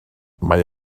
mae